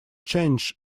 change